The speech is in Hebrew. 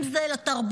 אם זה לתרבות,